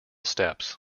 steps